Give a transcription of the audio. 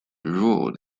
ruled